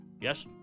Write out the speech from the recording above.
Yes